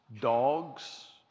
dogs